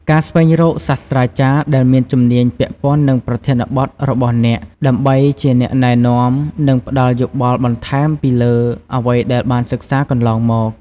ការស្វែងរកសាស្រ្តាចារ្យដែលមានជំនាញពាក់ព័ន្ធនឹងប្រធានបទរបស់អ្នក ដើម្បីជាអ្នកណែនាំ និងផ្តល់យោបល់បន្ថែមពីលើអ្វីដែលបានសិក្សាកន្លងមក។